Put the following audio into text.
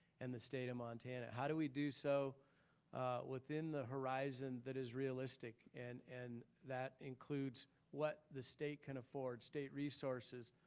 and the state of montana? how do we do so within the horizon that is realistic and and that includes what the state can afford, state resources,